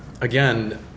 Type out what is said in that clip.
again